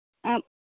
ആ